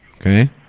okay